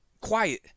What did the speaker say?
quiet